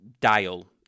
Dial